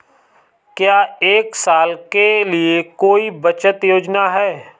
क्या एक साल के लिए कोई बचत योजना है?